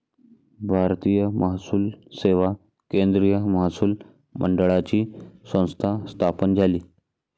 भारतीय महसूल सेवा केंद्रीय महसूल मंडळाची संस्था स्थापन झाली